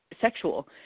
sexual